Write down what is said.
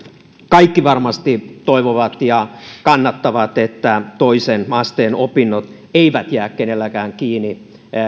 kaikki varmasti toivovat ja kannattavat että toisen asteen opinnot eivät jää kenelläkään kiinni